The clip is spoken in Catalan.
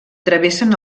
travessen